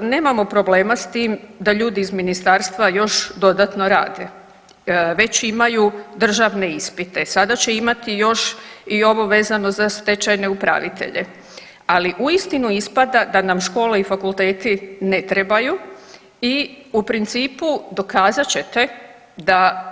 Nemamo problema s tim da ljudi iz ministarstva još dodatno rade, već imaju državne ispite, sada će imati još i ovo vezano za stečajne upravitelje, ali uistinu ispada da nam škola i fakulteti ne trebaju i u principu dokazat ćete da